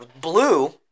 Blue